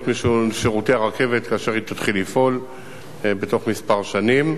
משירותי הרכבת כאשר היא תתחיל לפעול בתוך מספר שנים.